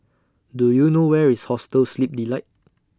Do YOU know Where IS Hostel Sleep Delight